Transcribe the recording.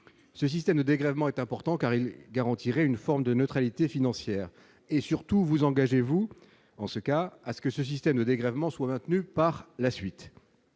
ce système de dégrèvement est important car il garantirait une forme de neutralité financière et surtout vous engagez-vous en ce cas, à ce que ce système de dégrèvement soit maintenu par la suite.